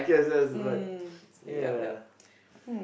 mm yup yup